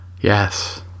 Yes